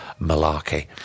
malarkey